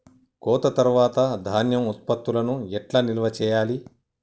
కోత తర్వాత ధాన్యం ఉత్పత్తులను ఎట్లా నిల్వ చేయాలి?